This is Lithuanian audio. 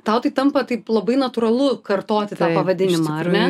tau tai tampa taip labai natūralu kartoti tą pavadinimą ar ne